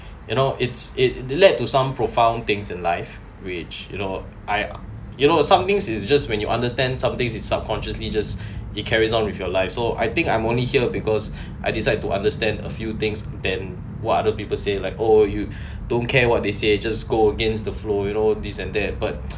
you know it's it lead to some profound things in life which you know I you know somethings is just when you understand somethings it's subconsciously just it carries on with your life so I think I'm only here because I decide to understand a few things than what other people say like oh you don't care what they say just go against the flow you know this and that but